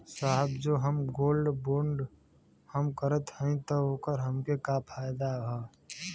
साहब जो हम गोल्ड बोंड हम करत हई त ओकर हमके का फायदा ह?